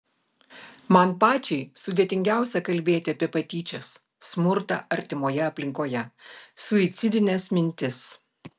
man pačiai sudėtingiausia kalbėti apie patyčias smurtą artimoje aplinkoje suicidines mintis